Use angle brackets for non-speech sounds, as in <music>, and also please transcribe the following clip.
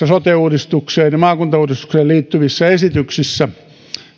<unintelligible> sote uudistukseen ja maakuntauudistukseen liittyvissä hallituksen esityksissä